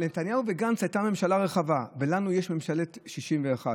לנתניהו וגנץ הייתה ממשלה רחבה ולנו יש קואליציית 61,